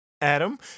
Adam